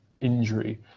injury